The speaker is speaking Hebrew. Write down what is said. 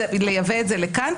ולייבא את זה לכאן,